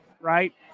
right